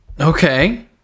Okay